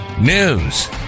news